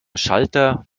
schalter